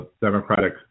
Democratic